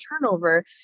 turnover